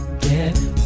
Get